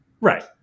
right